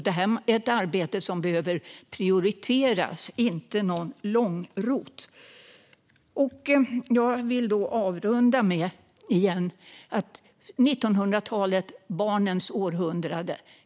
Det är ett arbete som behöver prioriteras och inte bli någon långrot. Jag vill avrunda med att 1900-talet var barnens århundrade.